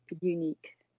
unique